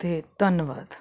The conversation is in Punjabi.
ਅਤੇ ਧੰਨਵਾਦ